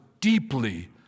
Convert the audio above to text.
deeply